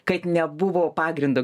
kad nebuvo pagrindo